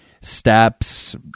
steps